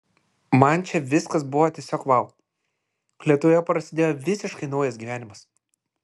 man čia viskas buvo tiesiog vau lietuvoje prasidėjo visiškai naujas gyvenimas